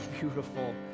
beautiful